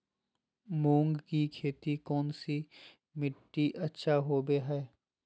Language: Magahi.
मूंग की खेती कौन सी मिट्टी अच्छा होबो हाय?